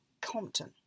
Compton